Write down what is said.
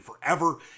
forever